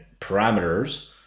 parameters